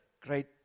great